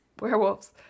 Werewolves